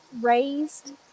raised